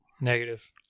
Negative